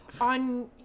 on